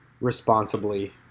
responsibly